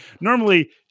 normally